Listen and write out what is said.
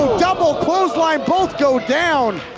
double close line, both go down.